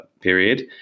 period